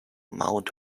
mount